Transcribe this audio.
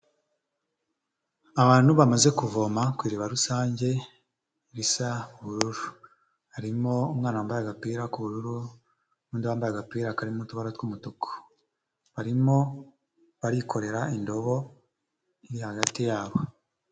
Abantu bamaze kuvoma ku iriba rusange risa ubururu, harimo umwana wambaye agapira k'ubururu n'undi wambaye agapira karimo mo utubara tw'umutuku barimo barikorera indobo iri hagati yabo.